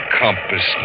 compass